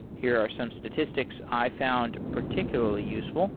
here are some statistics i found particularly useful